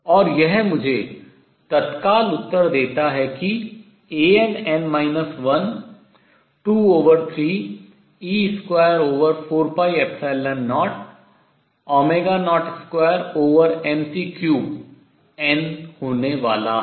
और यह मुझे तत्काल उत्तर देता है कि Ann 1 23e24002mc3n होने वाला है